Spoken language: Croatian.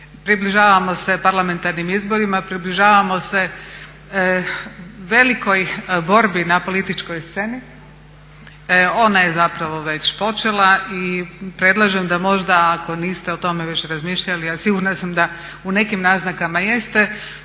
Približavamo se parlamentarnim izborima, približavamo se velikoj borbi na političkoj sceni, ona je zapravo već počela i predlažem da možda ako niste o tome već razmišljali, a sigurna sam da u nekim naznakama jeste